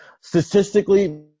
Statistically